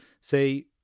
say